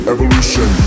Evolution